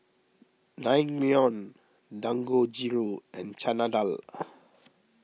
Naengmyeon Dangojiru and Chana Dal